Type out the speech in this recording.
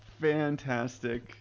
Fantastic